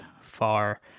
far